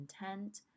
intent